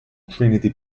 trinity